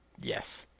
Yes